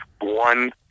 one